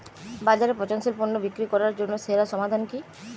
বাজারে পচনশীল পণ্য বিক্রি করার জন্য সেরা সমাধান কি?